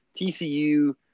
TCU